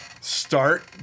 Start